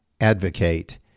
advocate